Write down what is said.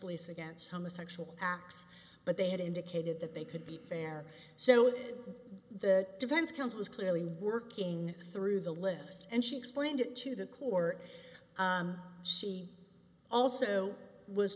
beliefs against homosexual acts but they had indicated that they could be fair so if the defense counsel was clearly working through the list and she explained it to the court she also was